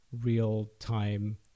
real-time